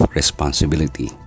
responsibility